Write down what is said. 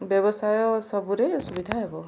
ବ୍ୟବସାୟ ସବୁରେ ଅସୁବିଧା ହେବ